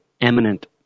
eminent